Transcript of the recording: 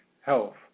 Health